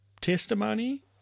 testimony